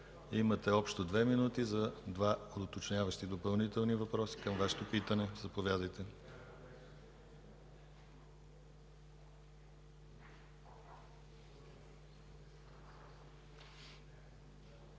имате общо две минути за два уточняващи, допълнителни въпроса към Вашето питане. Заповядайте.